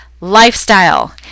lifestyle